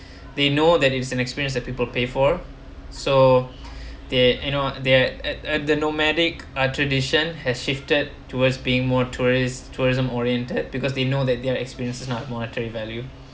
they know that it an experience that people pay for so they you know they at at the nomadic art tradition has shifted towards being more tourists tourism oriented because they know that their experiences is not monetary value